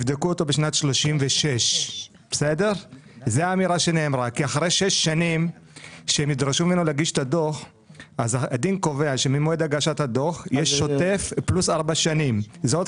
יבדקו אותו בשנת 36'. זו האמירה שנאמרה,